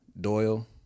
Doyle